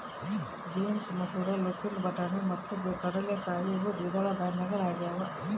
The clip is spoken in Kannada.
ಬೀನ್ಸ್ ಮಸೂರ ಲೂಪಿನ್ ಬಟಾಣಿ ಮತ್ತು ಕಡಲೆಕಾಯಿ ಇವು ದ್ವಿದಳ ಧಾನ್ಯಗಳಾಗ್ಯವ